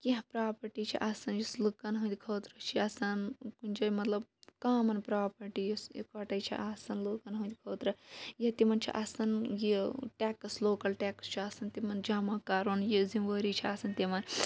کینٛہہ پراپَرٹی چھِ آسان یُس لُکَن ہٕنٛدۍ خٲطرٕ چھِ آسان کُنہِ جایہِ مَطلَب کامَن پراپَرٹی یۄس اِکۄٹے چھِ آسان لوٗکَن ہٕنٛد خٲطرٕ ییٚتہِ تِمَن چھ آسان ٹیٚکٕس لوکَل ٹیٚکٕس چھُ آسان تِمَن جَمَع کَرُن یہِ ذمہ وٲری چھِ آسان تِمَن